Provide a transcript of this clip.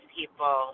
people